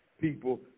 people